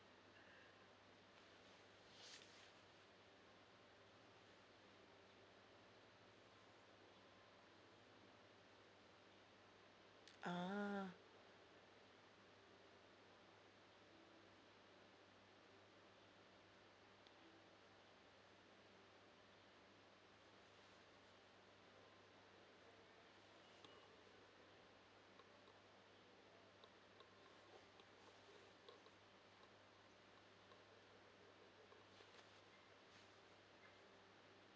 ah